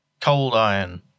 Coldiron